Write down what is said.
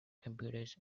computers